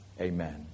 Amen